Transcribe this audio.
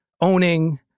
owning